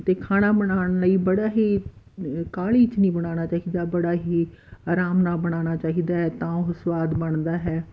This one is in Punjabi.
ਅਤੇ ਖਾਣਾ ਬਣਾਉਣ ਲਈ ਬੜਾ ਹੀ ਕਾਹਲੀ 'ਚ ਨਹੀਂ ਬਣਾਉਣਾ ਚਾਹੀਦਾ ਬੜਾ ਹੀ ਆਰਾਮ ਨਾਲ ਬਣਾਉਣਾ ਚਾਹੀਦਾ ਹੈ ਤਾਂ ਉਹ ਸਵਾਦ ਬਣਦਾ ਹੈ